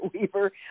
weaver